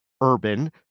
urban